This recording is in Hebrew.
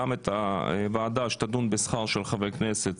גם את הוועדה שתדון בשכר של חברי הכנסת,